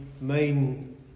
main